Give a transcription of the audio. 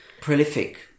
prolific